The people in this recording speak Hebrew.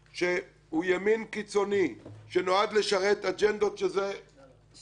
שהוא ימין קיצוני, שנועד לשרת אג'נדות, שזו זכותם,